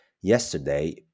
Yesterday